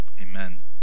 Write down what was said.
Amen